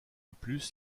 plus